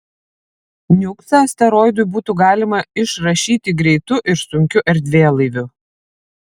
niuksą asteroidui būtų galima išrašyti greitu ir sunkiu erdvėlaiviu